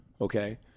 okay